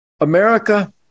America